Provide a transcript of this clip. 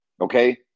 okay